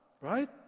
Right